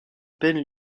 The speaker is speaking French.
peine